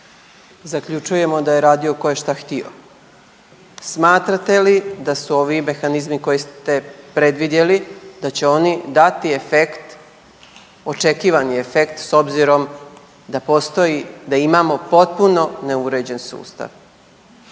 Zaključujemo da je radio ko je šta htio. Smatrate li da su ovi mehanizmi koje ste predvidjeli da će oni dati efekt očekivani efekt s obzirom da postoji da imamo potpuno neuređen sustav?